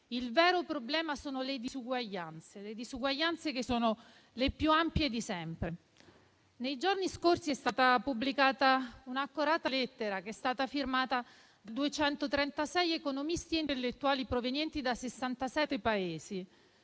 il vero problema sono le disuguaglianze, che sono le più ampie di sempre. Nei giorni scorsi è stata pubblicata un'accorata lettera, firmata da 236 economisti ed intellettuali provenienti da 67 Paesi.